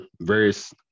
various